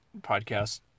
podcast